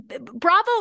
Bravo